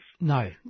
No